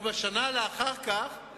ובשנה לאחר כך, מי